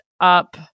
up